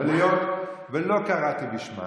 ולא קראתי בשמה.